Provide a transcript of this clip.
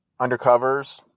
undercovers